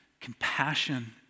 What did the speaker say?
compassion